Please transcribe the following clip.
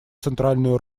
центральную